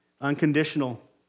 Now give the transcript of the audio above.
Unconditional